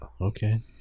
Okay